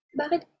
bakit